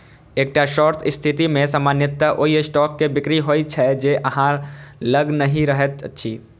एकटा शॉर्ट स्थिति मे सामान्यतः ओइ स्टॉक के बिक्री होइ छै, जे अहां लग नहि रहैत अछि